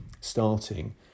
starting